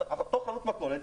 אז אותה חנות מכולת,